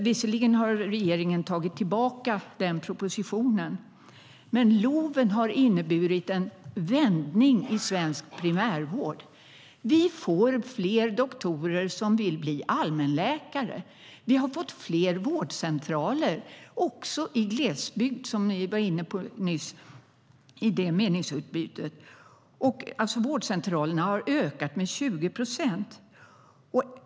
Visserligen har regeringen dragit tillbaka denna proposition, men LOV har inneburit en vändning i svensk primärvård. Vi får fler doktorer som vill bli allmänläkare. Vi har fått fler vårdcentraler, också i glesbygd, som ni var inne på i meningsutbytet nyss. Vårdcentralerna har ökat med 20 procent.